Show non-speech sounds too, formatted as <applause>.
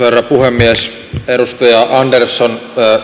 <unintelligible> herra puhemies edustaja andersson